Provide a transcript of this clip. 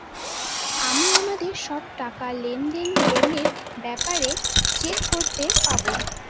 আমি আমাদের সব টাকা, লেনদেন, লোনের ব্যাপারে চেক করতে পাবো